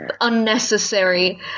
unnecessary